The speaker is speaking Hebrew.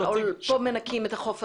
פה מנקים את החוף הזה,